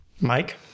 Mike